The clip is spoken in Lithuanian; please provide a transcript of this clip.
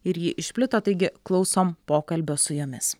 ir ji išplito taigi klausom pokalbio su jomis